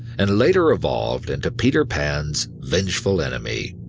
and later evolved into peter pan's vengeful enemy.